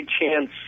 chance